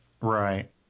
Right